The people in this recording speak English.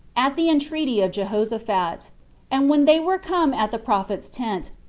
at the entreaty of jehoshaphat and when they were come at the prophet's tent,